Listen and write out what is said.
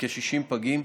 לכ-60 פגים.